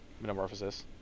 Metamorphosis